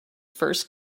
first